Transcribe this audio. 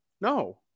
No